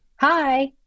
Hi